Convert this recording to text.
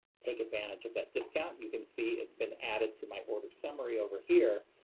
take advantage of that discount. you can see it's been added to my order summary over here.